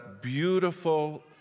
beautiful